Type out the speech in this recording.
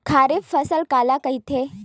खरीफ फसल काला कहिथे?